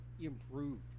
improved